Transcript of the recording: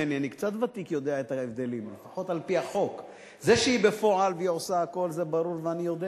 השרה לענייני, כן, בפועל היא השרה, היא השרה.